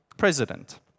President